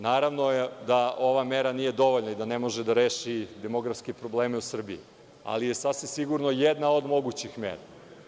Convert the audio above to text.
Naravno da ova mera nije dovoljna i da ne može da reši demografske probleme u Srbiji, ali je sasvim sigurno jedna od mogućih mera.